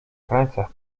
krańcach